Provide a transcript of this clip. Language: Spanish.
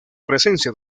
presencia